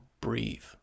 breathe